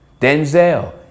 Denzel